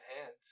hands